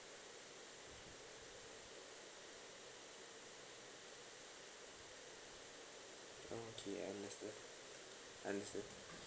okay I understood understood